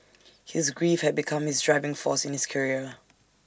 his grief had become his driving force in his career